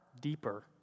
deeper